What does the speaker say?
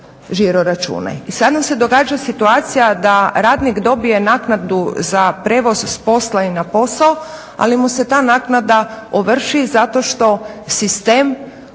I sad nam se događa situacija da radnik dobije naknadu za prijevoz s posla i na posao, ali mu se ta naknada ovrši zato što sistem